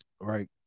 right